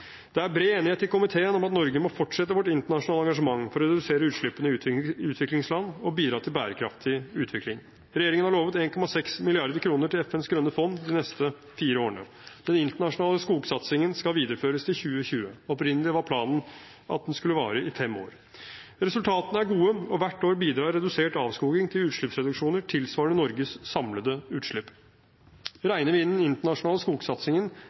Det er bred enighet i komiteen om at Norge må fortsette sitt internasjonale engasjement for å redusere utslippene i utviklingsland og bidra til en bærekraftig utvikling. Regjeringen har lovet 1,6 mrd. kr til FNs grønne fond de neste fire årene. Den internasjonale skogsatsingen skal videreføres til 2020. Opprinnelig var planen at den skulle vare i fem år. Resultatene er gode, og hvert år bidrar redusert avskoging til utslippsreduksjoner tilsvarende Norges samlede utslipp. Regner vi inn den internasjonale skogsatsingen,